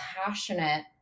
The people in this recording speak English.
passionate